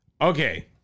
okay